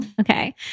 Okay